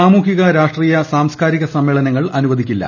സാമൂഹിക രാഷ്ട്രീയൂ സാംസ്കാരിക സമ്മേളനങ്ങൾ അനുവദിക്കില്ല